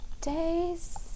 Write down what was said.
days